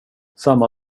samma